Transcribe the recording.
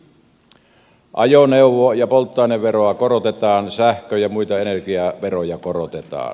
ajoneuvo ja polttoaineveroa korotetaan sähkö ja muita energiaveroja korotetaan